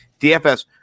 DFS